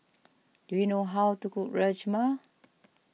do you know how to cook Rajma